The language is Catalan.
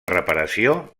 reparació